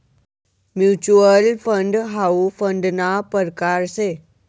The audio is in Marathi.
म्युच्युअल फंड हाउ फंडना परकार शे